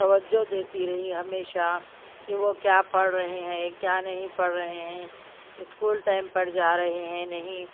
توجہ دیتی رہی ہمیشہ کہ وہ کیا پڑھ رہے ہیں کیا نہیں پڑھ رہے ہیں اسکول ٹائم پر جا رہے ہیں نہیں